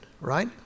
right